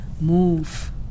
move